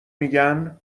میگن